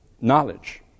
knowledge